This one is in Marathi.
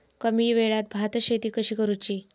कमी वेळात भात शेती कशी करुची?